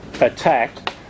attacked